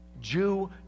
Jew